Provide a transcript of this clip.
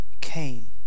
came